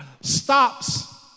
stops